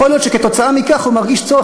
יכול להיות שכתוצאה מכך הוא מרגיש צורך